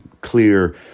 clear